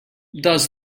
does